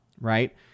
right